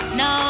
no